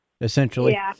essentially